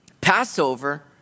Passover